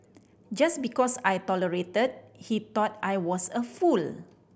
just because I tolerated he thought I was a fool